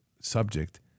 subject